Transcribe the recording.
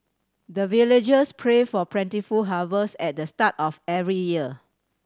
the villagers pray for plentiful harvest at the start of every year